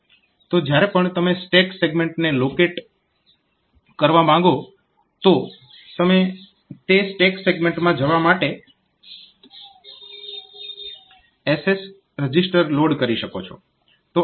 તો જ્યારે પણ તમે સ્ટેક સેગમેન્ટને લોકેટ કરવા માંગો તો તમે તે સ્ટેક સેગમેન્ટમાં જવા માટે SS રજીસ્ટર લોડ કરી શકો છો